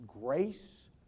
grace